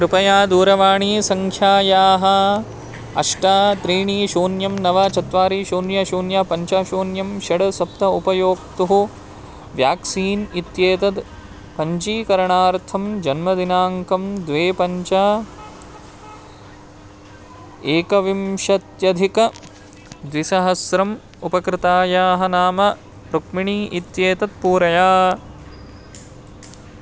कृपया दूरवाणीसङ्ख्यायाः अष्ट त्रीणि शून्यं नव चत्वारि शून्यं शून्यं पञ्च शून्यं षड् सप्त उपयोक्तुः व्याक्सीन् इत्येतत् पञ्जीकरणार्थं जन्मदिनाङ्कं द्वे पञ्च एकविंशत्यधिकद्विसहस्रम् उपकृतायाः नाम रुक्मिणी इत्येतत् पूरय